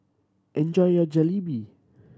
enjoy your Jalebi